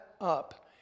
up